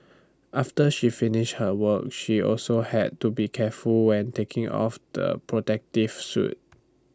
after she finished her work she also had to be careful when taking off the protective suit